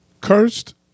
cursed